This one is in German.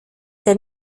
der